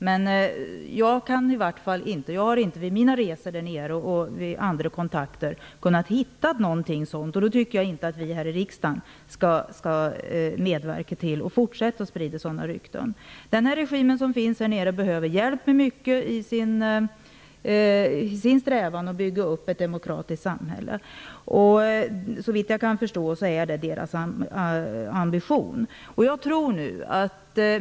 Men jag har vid mina resor där nere och vid andra kontakter inte kunnat hitta någonting sådant, och då tycker jag inte att vi här i riksdagen skall medverka till att fortsätta att sprida sådana rykten. Den regim som finns där nere behöver hjälp med mycket i sin strävan att bygga upp ett demokratiskt samhälle. Såvitt jag kan förstå är det deras ambition.